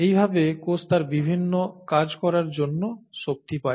এইভাবে কোষ তার বিভিন্ন কাজ করার জন্য শক্তি পায়